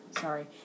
Sorry